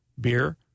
beer